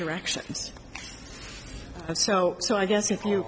directions so so i guess if you